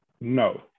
no